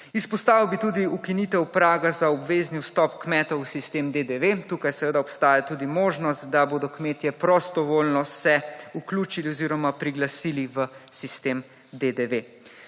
Izpostavil bi tudi ukinitev praga za obvezni vstop kmetov v sistem DDV. Tukaj seveda obstaja tudi možnost, da bodo kmetje prostovoljno se vključili oziroma priglasili v sistem DDV.